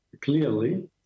clearly